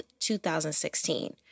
2016